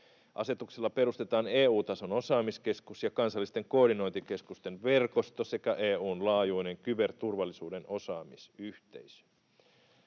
Asetuksella perustetaan EU-tason osaamiskeskus ja kansallisten koordinointikeskusten verkosto sekä EU:n laajuinen kyberturvallisuuden osaamisyhteisö.